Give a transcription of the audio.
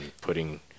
putting